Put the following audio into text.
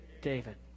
David